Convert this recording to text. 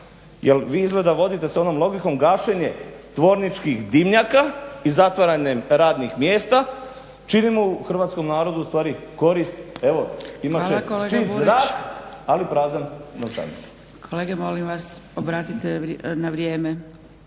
Jer vi izgleda se vodite onom logikom gašenje tvorničkih dimnjaka i zatvaranjem radnih mjesta činimo hrvatskom narodu u stvari korist. Evo imat će čist zrak, ali prazan novčanik. **Zgrebec, Dragica (SDP)** Kolege molim vas obratite na vrijeme